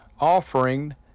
offering